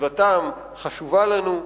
סביבתם חשובות לנו.